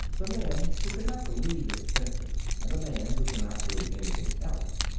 the man who cannot believe his senses, and the man who cannot believe anything else,